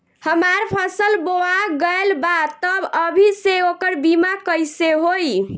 हमार फसल बोवा गएल बा तब अभी से ओकर बीमा कइसे होई?